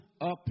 up